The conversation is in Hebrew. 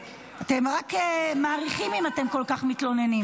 אתם רק מאריכים אם אתם כל כך מתלוננים.